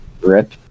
Rip